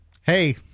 hey